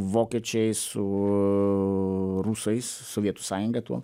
vokiečiai su rusais sovietų sąjunga tuo